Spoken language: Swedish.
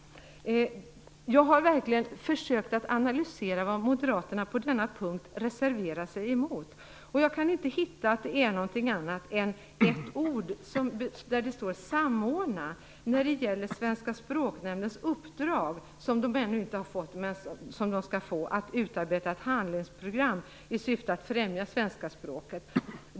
Jag har verkligen försökt att analysera vad Moderaterna på denna punkt reserverar sig emot, och jag kan inte förstå att det gäller något annat än ett ord. Svenska språknämndens uppdrag, som man ännu inte har fått men skall få, är att utarbeta ett handlingsprogram i syfte att främja svenska språket.